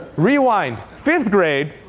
rewind, fifth grade,